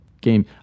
game